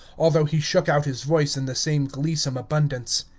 although he shook out his voice in the same gleesome abundance.